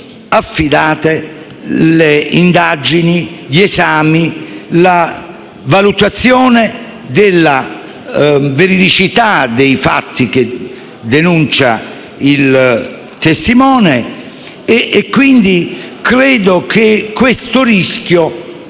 affidate le indagini, gli esami e la valutazione della veridicità dei fatti che denuncia il testimone, credo quindi che detto rischio